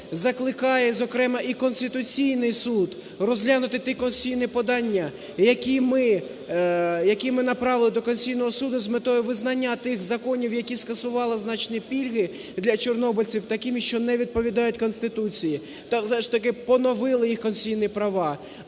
закликає, зокрема, і Конституційний Суд розглянути ті конституційні подання, які ми направили до Конституційного Суду з метою визнання тих законів, які скасували значні пільги для чорнобильців, такими, що не відповідають Конституції, та все ж таки поновили їх конституційні права.